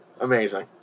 Amazing